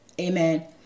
Amen